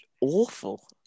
awful